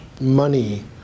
money